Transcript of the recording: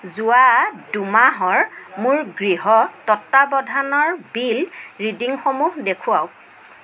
যোৱা দুমাহৰ মোৰ গৃহ তত্বাৱধানৰ বিল ৰিডিংসমূহ দেখুৱাওঁক